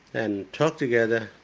and talk together,